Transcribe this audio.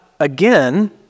again